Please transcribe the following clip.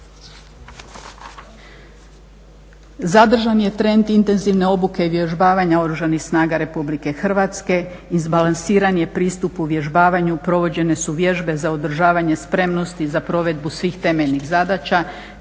Zadržan je trend intenzivne obuke i uvježbavanja Oružanih snaga Republike Hrvatske, izbalansiran je pristup uvježbavanju, provođene su vježbe za održavanje spremnosti i za provedbu svih temeljnih zadaća,